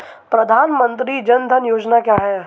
प्रधानमंत्री जन धन योजना क्या है?